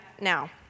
now